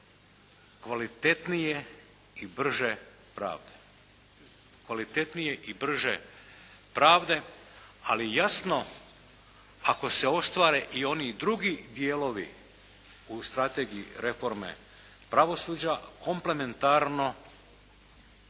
Kvalitetnije i brže pravda, ali jasno ako se ostvare i oni drugi dijelovi u strategiji reforme pravosuđa komplementarno